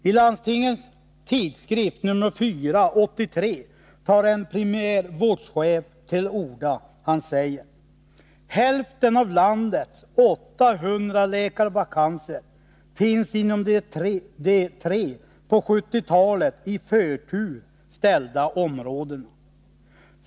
I Landstingens Tidskrift nr 4/83 tar en primärvårdschef till orda: ”Hälften av landets 800 läkarvakanser finns inom de tre på 70-talet i förtur ställda områdena.